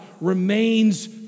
remains